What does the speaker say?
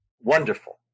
wonderful